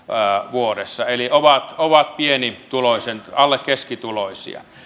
vuodessa eli he ovat pienituloisia alle keskituloisia